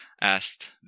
asked